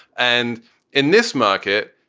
and in this market.